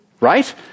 right